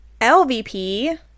lvp